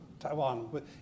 Taiwan